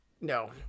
No